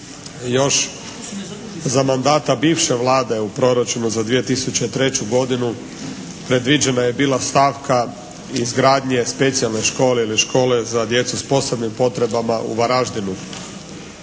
Još za mandata bivše Vlade u proračunu za 2003. godinu predviđena je bila stavka izgradnje specijalne škole ili škole za djecu s posebnim potrebama u Varaždinu.